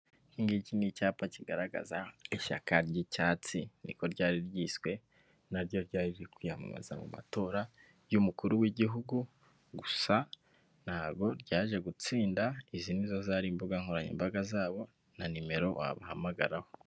Iki ngiki ni icyapa kigaragaza ishyaka ry'icyatsi niko ryari ryiswe naryo ryari riri kwiyamamaza mu matora y'umukuru w'igihugu, gusa ntabwo ryaje gutsinda, izi nizo zari imbuga nkoranyambaga zabo na nimero wabahamagaraho.